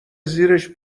زیرش